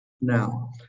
Now